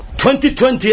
2020